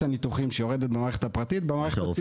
הניתוחים שיורדת במערכת הפרטית במערכת הציבורית.